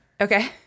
Okay